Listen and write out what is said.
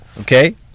okay